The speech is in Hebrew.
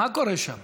מה קורה שם?